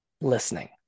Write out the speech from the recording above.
listening